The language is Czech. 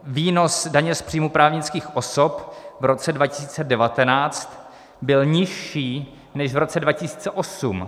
Výnos daně z příjmů právnických osob v roce 2019 byl nižší než v roce 2008.